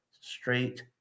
straight